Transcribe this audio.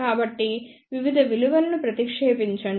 కాబట్టి వివిధ విలువలను ప్రతిక్షేపించండి